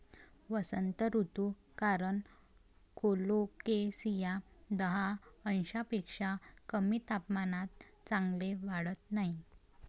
वसंत ऋतू कारण कोलोकेसिया दहा अंशांपेक्षा कमी तापमानात चांगले वाढत नाही